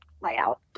layout